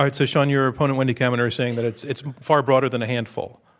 right, so, shaun, your opponent, wendy kaminer is saying that it's it's far broader than a handful.